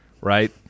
right